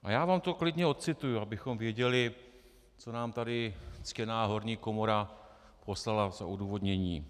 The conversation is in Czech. A já vám to klidně odcituji, abychom věděli, co nám tady ctěná horní komora poslala za odůvodnění: